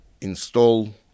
install